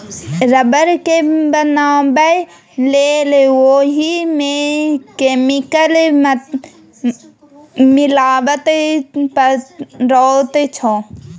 rubber केँ बनाबै लेल ओहि मे केमिकल मिलाबे परैत छै